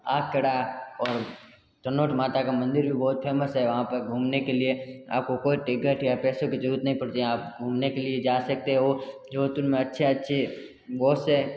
आकरा और तनोट माता का मंदिर बहुत फेमस है वहाँ पर घूमने के लिए आप को कोई टिकट या पैसों की ज़रूरत नहीं पड़ती आप घूमने के लिए जा सकते हो जोधपुर में अच्छे अच्छे बहुत से